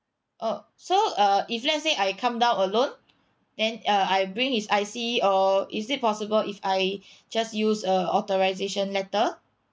oh so uh if let's say I come down alone then uh I bring his I_C or is it possible if I just use a authorisation letter